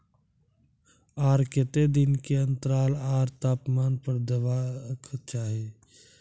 आर केते दिन के अन्तराल आर तापमान पर देबाक चाही?